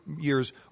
years